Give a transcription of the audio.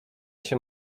się